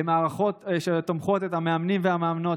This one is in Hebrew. במערכות שתומכות במאמנים ובמאמנות,